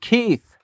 Keith